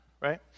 Right